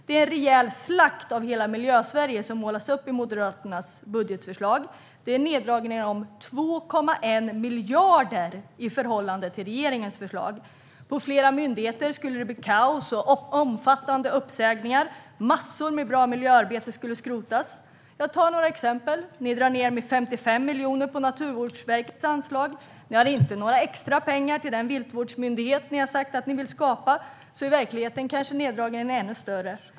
Det är en rejäl slakt på hela Miljösverige som målas upp i Moderaternas budgetförslag. Det är neddragningar på 2,1 miljarder i förhållande till regeringens förslag. På flera myndigheter skulle det bli kaos och omfattande uppsägningar. Massor av bra miljöarbete skulle skrotas. Jag tar några exempel. Ni drar ned med 55 miljoner på Naturvårdsverkets anslag. Ni har inte några extra pengar till den viltvårdsmyndighet ni har sagt att ni vill skapa, så i verkligheten är neddragningarna kanske ännu större.